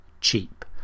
cheap